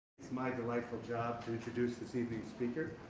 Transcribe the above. it's my delightful job to introduce this evening's speaker,